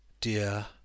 Dear